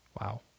Wow